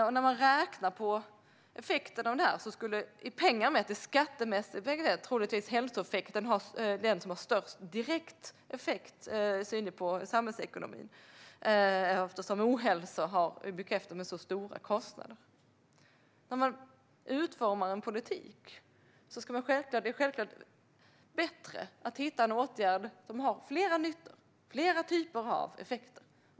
Om man räknar på effekterna av detta skulle i pengar mätt och skattemässigt troligtvis hälsoeffekten vara den som är den största direkta synliga effekten på samhällsekonomin eftersom ohälsa är behäftat med så stora kostnader. När man utformar en politik är det självklart bättre att hitta en åtgärd som har flera nyttor och flera typer av effekter.